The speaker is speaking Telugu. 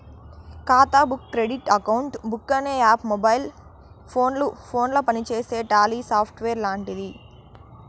ఖాతా బుక్ క్రెడిట్ అకౌంట్ బుక్ అనే యాప్ మొబైల్ ఫోనుల పనిచేసే టాలీ సాఫ్ట్వేర్ లాంటిది